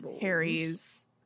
Harry's